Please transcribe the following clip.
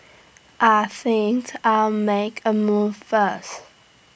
I think I'll make A move first